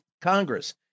Congress